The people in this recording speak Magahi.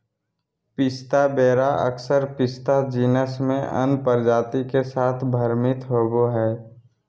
पिस्ता वेरा अक्सर पिस्ता जीनस में अन्य प्रजाति के साथ भ्रमित होबो हइ